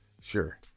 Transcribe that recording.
Sure